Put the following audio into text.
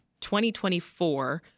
2024